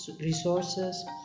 resources